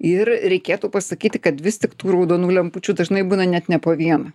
ir reikėtų pasakyti kad vis tik tų raudonų lempučių dažnai būna net ne po vieną